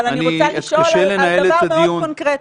אבל אני רוצה לשאול על דבר מאוד קונקרטי.